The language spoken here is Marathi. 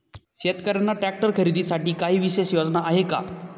शेतकऱ्यांना ट्रॅक्टर खरीदीसाठी काही विशेष योजना आहे का?